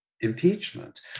impeachment